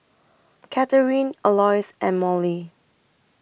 Katharyn Alois and Mallie